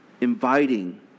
inviting